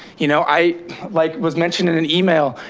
you know i like was mentioned in an email,